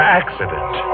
accident